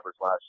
last